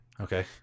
Okay